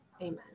Amen